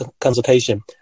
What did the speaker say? consultation